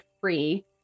free